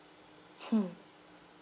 hmm